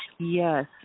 Yes